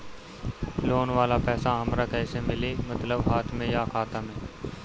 Loan वाला पैसा हमरा कइसे मिली मतलब हाथ में या खाता में?